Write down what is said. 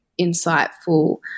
insightful